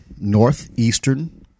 northeastern